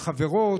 החברות,